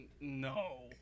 no